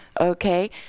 okay